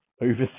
overseas